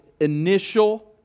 initial